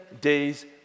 days